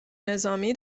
نظامی